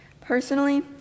Personally